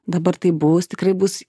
dabar taip bus tikrai bus